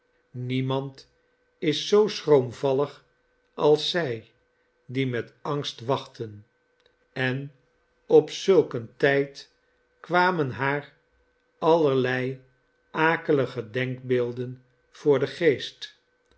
niemand is zoo schroomvallig als zij die met angst wachten en op zulk een tijd kwamen haar allerlei akelige denkbeelden voor den geest